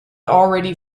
already